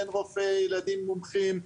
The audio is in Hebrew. אין רופאי ילדים מומחים.